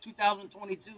2022